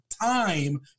time